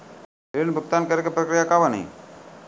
ऋण भुगतान करे के प्रक्रिया का बानी?